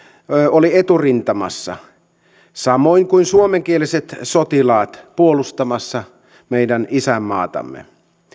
olivat eturintamassa samoin kuin suomenkieliset sotilaat puolustamassa meidän isänmaatamme